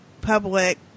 public